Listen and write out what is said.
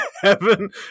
heaven